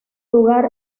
lugar